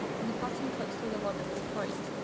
and the pattern cuts through the log at this point,